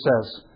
says